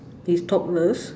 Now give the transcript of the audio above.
he's topless